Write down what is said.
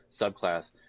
subclass